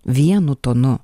vienu tonu